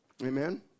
Amen